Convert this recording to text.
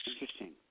Interesting